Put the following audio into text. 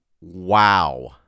Wow